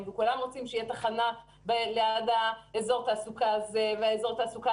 וכולם רוצים שתהיה תחנה ליד אזור התעסוקה הזה והזה.